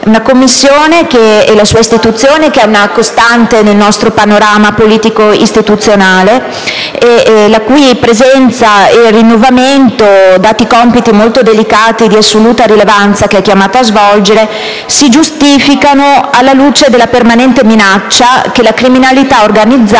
della Commissione antimafia, istituzione che è una costante nel nostro panorama politico‑istituzionale, la cui presenza e il cui rinnovamento, dati i compiti molto delicati e di assoluta rilevanza che è chiamata a svolgere, si giustificano alla luce della permanente minaccia che la criminalità organizzata